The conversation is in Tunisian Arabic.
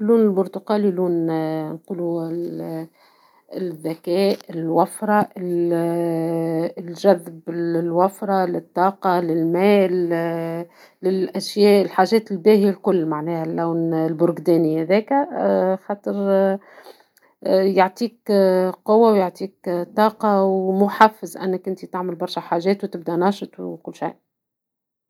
اللون البرتقالي نقولو لون الذكاء الوفرة الجذب الوفرة الطاقة المال للأشياء الحاجات الباهية الكل ، معناها اللون البرقداني هذاكا خاطر يعطيك قوة ويعطيك طاقة ومحفز أنك انتي تعمل برشا حاجات وتبدى ناشط وكل شي.